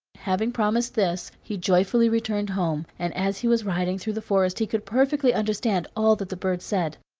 having promised this, he joyfully returned home, and as he was riding through the forest he could perfectly understand all that the birds said.